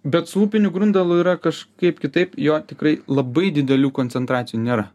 bet su upiniu grundalu yra kažkaip kitaip jo tikrai labai didelių koncentracijų nėra